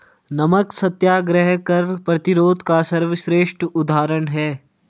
नमक सत्याग्रह कर प्रतिरोध का सर्वश्रेष्ठ उदाहरण है